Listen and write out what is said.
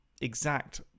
exact